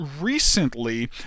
recently